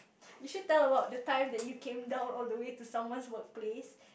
you should tell about the time that you came down all the way to someone's work place